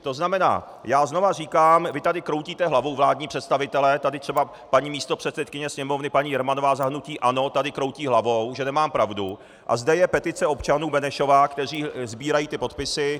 To znamená, já znovu říkám vy tady kroutíte hlavou, vládní představitelé, tady třeba paní místopředsedkyně Sněmovny Jermanová za hnutí ANO tady kroutí hlavou, že nemám pravdu, a zde je petice občanů Benešova, kteří sbírají ty podpisy.